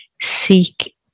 seek